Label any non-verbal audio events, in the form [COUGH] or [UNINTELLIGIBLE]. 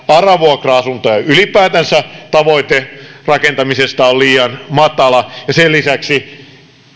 [UNINTELLIGIBLE] ara vuokra asuntojen rakentamisen tavoite ja ylipäätänsä tavoite rakentamisessa on liian matala ja sen lisäksi